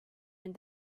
and